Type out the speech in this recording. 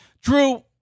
Drew